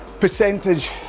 percentage